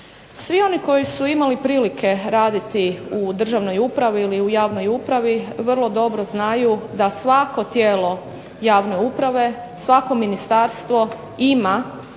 Svi oni koji su imali prilike raditi u državnoj upravi ili u javnoj upravi vrlo dobro znaju da svako tijelo javne uprave, svako ministarstvo ima